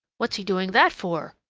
what is he doing that for?